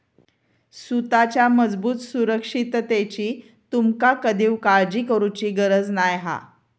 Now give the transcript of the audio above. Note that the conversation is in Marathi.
सुताच्या मजबूत सुरक्षिततेची तुमका कधीव काळजी करुची गरज नाय हा